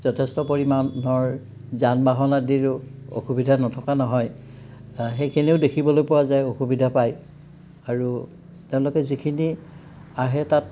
যথেষ্ট পৰিমাণৰ যান বাহন আদিৰো অসুবিধা নথকা নহয় সেইখিনিও দেখিবলৈ পোৱা যায় অসুবিধা পায় আৰু তেওঁলোকে যিখিনি আহে তাত